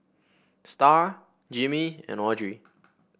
Starr Jimmy and Audrey